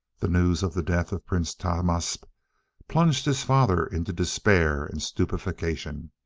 the news of the death of prince tahmasp plunged his father into despair and stupefaction.